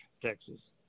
Texas